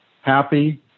happy